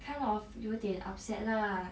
kind of 有点 upset lah